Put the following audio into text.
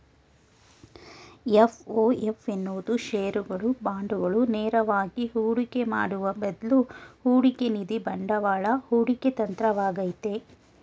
FOF ಎನ್ನುವುದು ಶೇರುಗಳು, ಬಾಂಡುಗಳು ನೇರವಾಗಿ ಹೂಡಿಕೆ ಮಾಡುವ ಬದ್ಲು ಹೂಡಿಕೆನಿಧಿ ಬಂಡವಾಳ ಹೂಡಿಕೆ ತಂತ್ರವಾಗೈತೆ